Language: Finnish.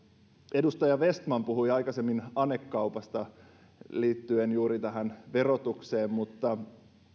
edustaja vestman puhui aikaisemmin anekaupasta liittyen juuri tähän verotukseen mutta